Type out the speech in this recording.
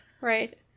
Right